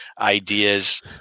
ideas